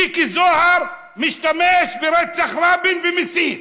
מיקי זוהר משתמש ברצח רבין ומסית.